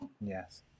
Yes